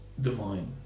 divine